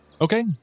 Okay